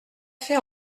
fait